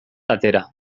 atera